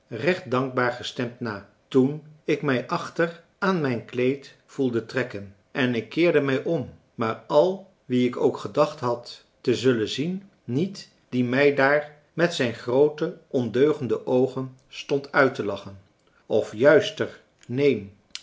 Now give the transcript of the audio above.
recht dankbaar gestemd na toen ik mij achter aan mijn kleed voelde trekken en ik keerde mij om maar al wie ik ook gedacht had te zullen zien niet die mij daar met zijn groote ondeugende oogen stond uit te lachen of juister neen